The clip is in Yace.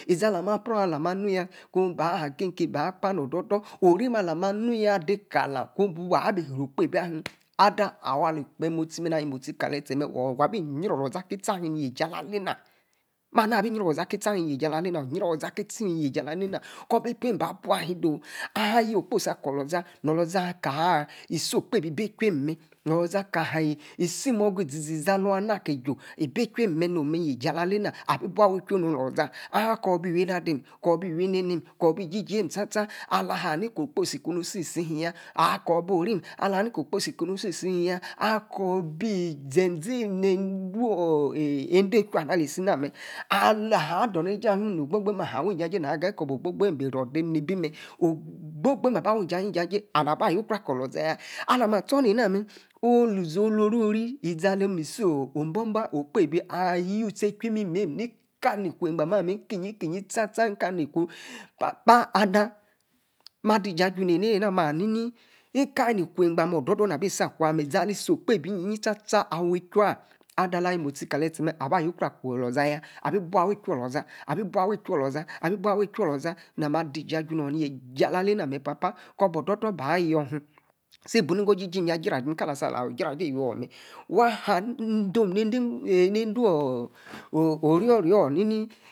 Izi-alama, pion, ma-nuya, ku-ba, hagim ki ba kpa no-odor-dodor. Orim allama nuya ade, ka-lor, bua bi ri-oh okpebi ahim, ada awor. ala yi-mostie kale-tie, mer wabi yior olo-za ki-tie un, neji ala, alena, kor ber epua, ame ba pua uni dowu, alimi, ayo-okposi akor olo-za, no-lo za, aka-ki si. okpebi ebi, echumer no-lo za kahie, zie-morga izi-za, ala-wua-nu aki ju ibi, echumer, yie-jie alalena, ibu awey echwu, oloiza, akor bi iwi, nah adini, kor- bi-iwi nah adim, kor- bi-iwi ne-nim, kor, bi jijim sta sta, ahani-kor okposi kuwu si-si, him ya, akor bo-orim, aha-ni koposi, tie, si-him yaa, akobi-ze-zee, meh nede, ochui ana, ali si na mer, alaha- ador ne-ejie no-ogbo-gbem, aha, awi-ija-na, geyi kor, bo-ogbo. gbem bi ru-dim-ni-bi mer oh, gbor-gbem aba, wi-ija, jie ami aba, yo-kru, akor, olo-za-yaa, ala mah astor ne-nemer, oh-lozi oh-loriri, iza ane ni, isoo o-boba, awor tie, echu mimemer, kali kwe, mba na-meh, ni-kiyie, sta-sta, ni kaleni ku, ada ma, diji aju nor enena-nah ma hami ika, aleni, ikwe egba moh, odor-odor-na bi si. Akwa, izama isi okpebi-iyie sta-sta, awa, echu-waa, adaala gimosh kale-tie mer, aba yie-akro akor-olo-za yaa abi bua, wa echu olo-za, abi bua, wa echu olo-za, na ma dijie ajuno, ye-jieala-alena, mer papah, kor bodo-dor bayor, him, si bu-niggo, jejim yaa, gradimi kala, asi, igra-di iwor mer, wa haa, adom nede, orio-rio ni-mi-